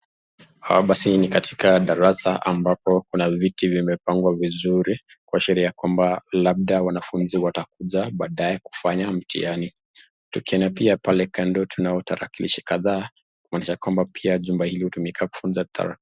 Hapa ni katika darasa ambapo kuna viti vimepangwa vizuri, kuashiria kwamba labda wanafunzi watakuja baadaye kufanya mtihani. Tukiona pale pia hapo kando tunao kitarakalishi kadhaa kumanisha kwamba pia jumba hili utumika kufunza..